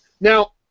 Now